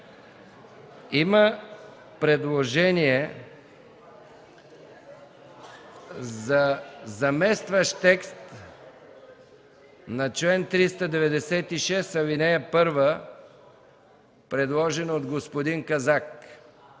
Има предложение за заместващ текст на чл. 396, ал. 1, предложен от господин Казак